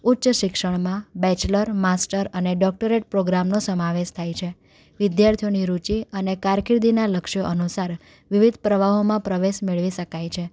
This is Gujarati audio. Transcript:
ઉચ્ચ શિક્ષણમાં બેચલર માસ્ટર અને ડૉક્ટરેટ પ્રોગ્રામનો સમાવેશ થાય છે વિદ્યાર્થીઓની રુચિ અને કારકિર્દીના લક્ષ્યો અનુસાર વિવિધ પ્રવાહોમાં પ્રવેશ મેળવી શકાય છે